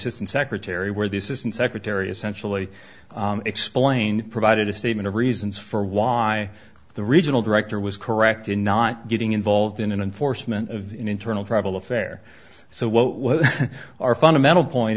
assistant secretary where the assistant secretary essential to explain provided a statement of reasons for why the regional director was correct in not getting involved in an unforced ment of internal travel affair so what was our fundamental point